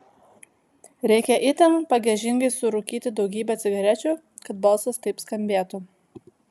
reikia itin pagiežingai surūkyti daugybę cigarečių kad balsas taip skambėtų